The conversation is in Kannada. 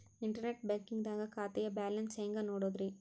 ಇಂಟರ್ನೆಟ್ ಬ್ಯಾಂಕಿಂಗ್ ದಾಗ ಖಾತೆಯ ಬ್ಯಾಲೆನ್ಸ್ ನ ಹೆಂಗ್ ನೋಡುದ್ರಿ?